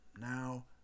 Now